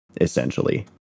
essentially